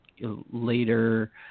later –